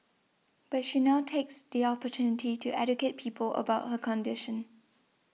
but she now takes the opportunity to educate people about her condition